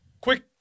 Quick